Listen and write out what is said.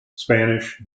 spanish